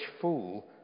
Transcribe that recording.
fool